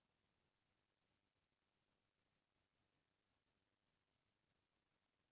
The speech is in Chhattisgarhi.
यू.पी.आई के लाभ अऊ हानि ला बतावव